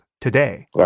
today